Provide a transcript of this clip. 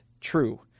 true